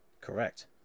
Correct